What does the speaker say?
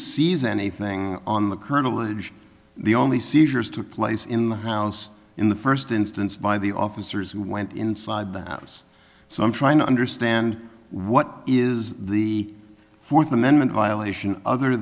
seize anything on the kernel of the only seizures took place in the house in the first instance by the officers who went inside the house so i'm trying to understand what is the fourth amendment violation other